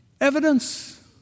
Evidence